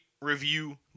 review